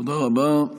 תודה רבה.